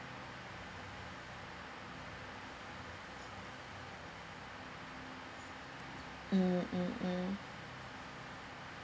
mm mm mm